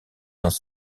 dans